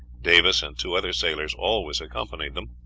davis and two other sailors always accompanied them,